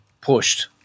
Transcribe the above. pushed